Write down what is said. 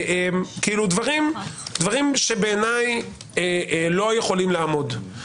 דברים שבעיניי לא יכולים לעמוד.